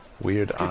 Weird